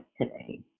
today